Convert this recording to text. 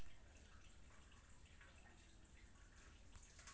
ई एकटा उकरण छियै, जे एक खास समय मे भेल लेनेदेन विभिन्न उप श्रेणी मे बांटै छै